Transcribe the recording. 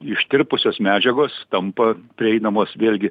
ištirpusios medžiagos tampa prieinamos vėlgi